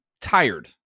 tired